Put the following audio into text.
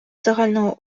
загального